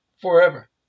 forever